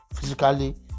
physically